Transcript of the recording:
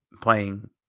playing